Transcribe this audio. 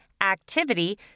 activity